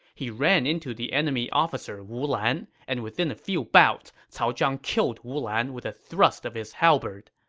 he ran into the enemy officer wu lan, and within a few bouts, cao zhang killed wu lan with a thrust of his halberd.